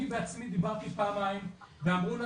אני בעצמי דיברתי פעמיים ואמרו לנו,